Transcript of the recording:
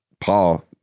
Paul